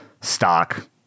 stock